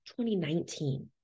2019